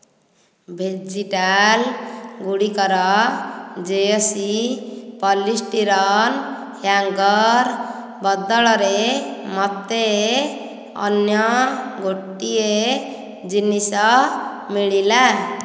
vegetal ଗୁଡ଼ିକର ଜେୟସୀ polystyrene hanger ବଦଳରେ ମୋତେ ଅନ୍ୟ ଗୋଟିଏ ଜିନିଷ ମିଳିଲା